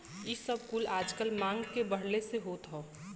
इ सब कुल आजकल मांग के बढ़ले से होत हौ